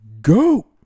go